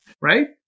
Right